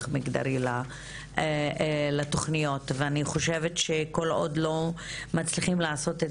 מגדרי לתוכניות ואני חושבת שכל עוד לא מצליחים לעשות את